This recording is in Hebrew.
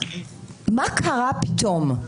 מה קרה פתאום?